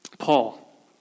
Paul